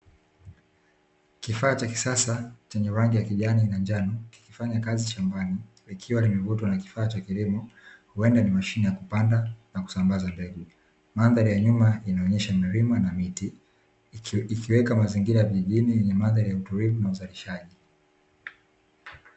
Kifaa cha kisasa chenye rangi ya kijani na njano, Kiki fanya kazi shambani ikiwa ni mojawapo ya vifaa nya kilimo, huenda ni mashine ya kupanda na kusambaza mbegu. Mandhari ya nyuma inaonyesha milima na miti, ikiweka mazingira ya vijijini yenye mandhari ya utulivu na uzalishaji.